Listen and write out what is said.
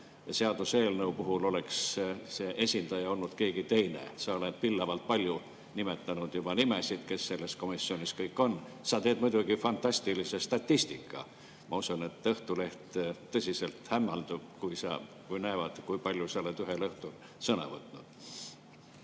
seaduseelnõu puhul oleks esindaja olnud keegi teine? Sa oled pillavalt palju nimetanud juba nimesid, kes selles komisjonis kõik on. Sa teed muidugi fantastilise statistika. Ma usun, et Õhtuleht tõsiselt hämmeldub, kui näeb, kui palju sa oled ühel õhtul sõna võtnud.